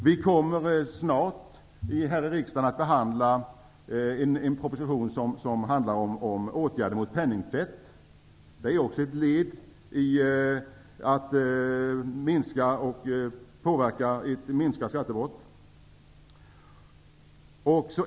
Vi kommer snart här i riksdagen att behandla en proposition som handlar om åtgärder mot penningtvätt. Det är ju också ett led i att påverka till minskat skattebrott.